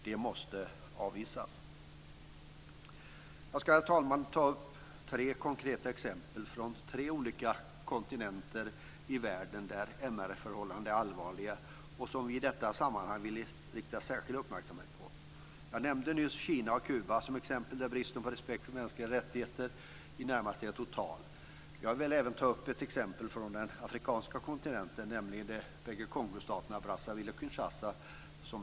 Herr talman! Jag ska ta upp tre konkreta exempel från tre olika kontinenter i världen där MR förhållandena är allvarliga. Vi vill rikta särskild uppmärksamhet på dessa. Jag nämnde nyss Kina och Kuba som exempel där bristen på respekt för mänskliga rättigheter i det närmaste är total. Jag vill även ta upp ett exempel från den afrikanska kontinenten, nämligen de båda Kongostaterna Brazzaville och Kinshasa.